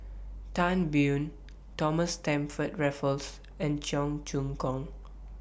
Tan Biyun Thomas Stamford Raffles and Cheong Choong Kong